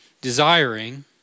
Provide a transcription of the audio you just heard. desiring